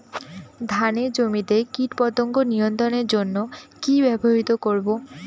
ধানের জমিতে কীটপতঙ্গ নিয়ন্ত্রণের জন্য কি ব্যবহৃত করব?